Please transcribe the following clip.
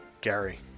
Gary